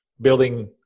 building